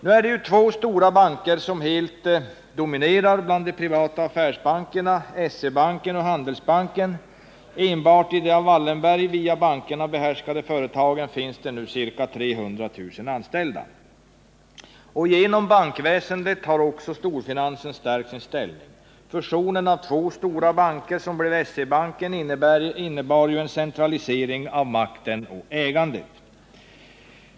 Nu är det två stora banker som helt dominerar bland de privata affärsbankerna — SE-banken och Handelsbanken. Enbart i de av Wallenberg, via bankerna, behärskade företagen finns ca 300 000 anställda. Genom bankväsendet har också storfinansen stärkt sin ställning. Fusionen av två stora banker, som blev SE-banken, innebar en centralisering av makten och ägandet.